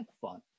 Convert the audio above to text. fun